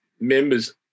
members